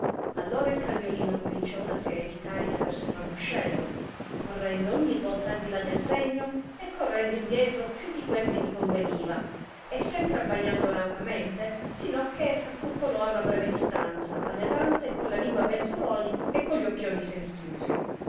allora il cagnolino cominciò una serie di cariche verso il ramuscello correndo ogni volta al di là del segno e correndo indietro più di quel che gli conveniva e sempre abbaiando raucamente sino a che s'accoccolò a una breve distanza anelante con la lingua penzoloni e con gli occhioni semichiusi